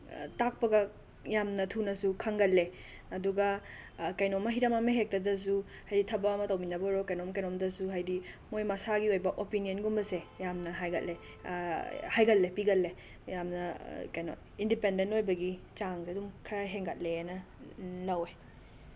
ꯇꯥꯛꯄꯒ ꯌꯥꯝꯅ ꯊꯨꯅꯁꯨ ꯈꯪꯒꯜꯂꯦ ꯑꯗꯨꯒ ꯀꯩꯅꯣꯝꯃ ꯍꯤꯔꯝ ꯑꯃ ꯍꯦꯛꯇꯗꯁꯨ ꯍꯥꯏꯗꯤ ꯊꯕꯛ ꯑꯃ ꯇꯧꯃꯤꯟꯅꯕ ꯑꯣꯏꯔꯣ ꯀꯩꯅꯣꯝ ꯀꯩꯅꯣꯝꯗꯁꯨ ꯍꯥꯏꯗꯤ ꯃꯣꯏ ꯃꯁꯥꯒꯤ ꯑꯣꯏꯕ ꯑꯣꯄꯤꯅꯤꯌꯟꯒꯨꯝꯕꯁꯦ ꯌꯥꯝꯅ ꯍꯥꯏꯒꯜꯂꯦ ꯍꯥꯏꯒꯜꯂꯦ ꯄꯤꯒꯜꯂꯦ ꯌꯥꯝꯅ ꯀꯩꯅꯣ ꯏꯟꯗꯤꯄꯦꯟꯗꯦꯟ ꯑꯣꯏꯕꯒꯤ ꯆꯥꯡꯗ ꯑꯗꯨꯝ ꯈꯔ ꯍꯦꯟꯒꯠꯂꯦꯅ ꯂꯧꯋꯦ